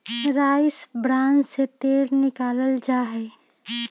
rice bran से तेल निकाल्ल जाहई